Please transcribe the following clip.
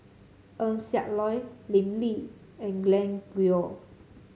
Eng Siak Loy Lim Lee and Glen Goei